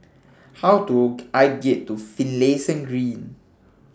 How Do I get to Finlayson Green